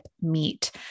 meet